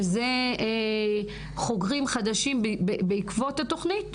שזה חוקרים חדשים בעקבות התוכנית?